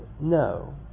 no